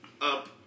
up